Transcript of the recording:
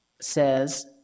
says